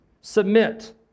submit